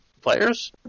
players